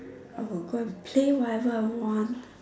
I will go and play whatever I want